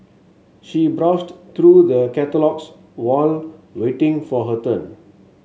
she browsed through the catalogues while waiting for her turn